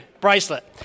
Bracelet